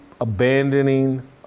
abandoning